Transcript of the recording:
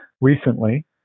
recently